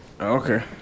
Okay